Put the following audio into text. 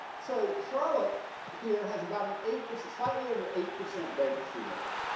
so charlotte here has about an eight percent slightly over eight percent vacancy rate.